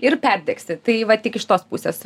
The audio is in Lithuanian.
ir perdegsi tai va tik iš tos pusės